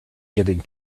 getting